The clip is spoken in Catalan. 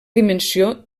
dimensió